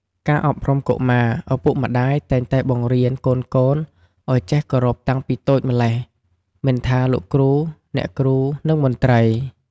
ការអប់រំកុមារ ឪពុកម្តាយតែងតែបង្រៀនកូនៗឱ្យចេះគោរពតាំងពីតូចម្ល៉េះមិនថាលោកគ្រូអ្នកគ្រូ និងមន្ត្រី។